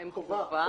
הן חובה?